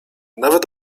nawet